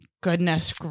goodness